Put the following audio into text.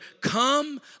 come